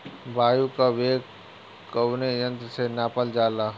वायु क वेग कवने यंत्र से नापल जाला?